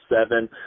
seven